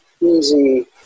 easy